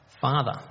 Father